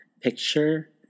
picture